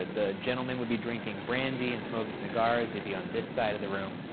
the gentlemen would be drinking brandy and smoking cigars. they'd be on this side of the room.